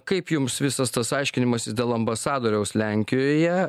kaip jums visas tas aiškinimasis dėl ambasadoriaus lenkijoje